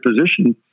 position